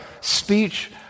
speech